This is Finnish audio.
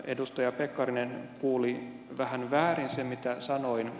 edustaja pekkarinen kuuli vähän väärin sen mitä sanoin